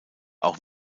auch